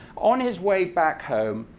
on his way back home,